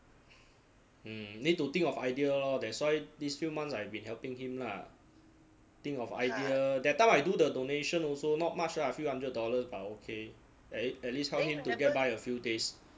mm need to think of idea lor that's why these few months I've been helping him lah think of idea that time I do the donation also not much ah a few hundred dollars but okay at at least help him to get by a few days